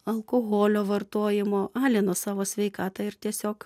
alkoholio vartojimo alino savo sveikatą ir tiesiog